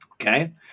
Okay